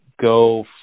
go